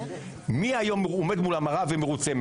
מי היום עומד מול המראה ומרוצה?